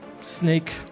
snake